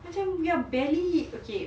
macam we are barely okay